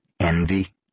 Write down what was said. envy